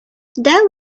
there